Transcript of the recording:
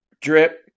drip